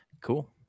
Cool